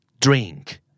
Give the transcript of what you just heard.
Drink